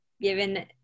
given